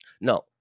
No